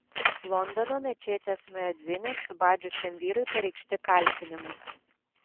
londono mečetės muedziną subadžiusiam vyrui pareikšti kaltinimai